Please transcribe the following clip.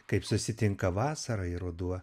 kaip susitinka vasara ir ruduo